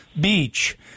beach